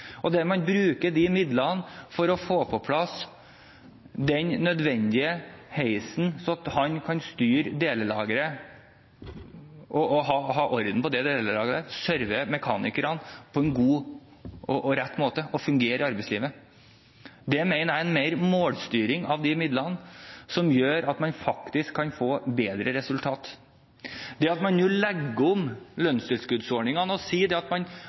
man bruke midlene for å få på plass den nødvendige heisen, slik at han kan styre og ha orden på delelageret, sørve mekanikerne på en god og riktig måte og fungere i arbeidslivet. Det mener jeg er mer målstyring av midlene som gjør at man faktisk kan få bedre resultater. Det at man nå legger om lønnstilskuddsordningen og sier at man